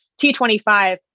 T25